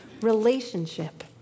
relationship